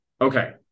Okay